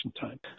time